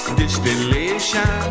distillation